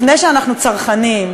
לפני שאנחנו צרכנים,